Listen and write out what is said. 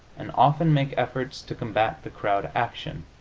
and often make efforts to combat the crowd action.